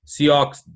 Seahawks